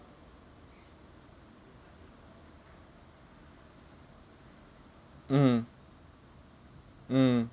mmhmm mm